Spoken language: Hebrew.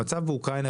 המצב באוקראינה,